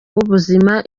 b’ubuzima